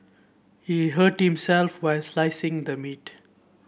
he hurt himself while slicing the meat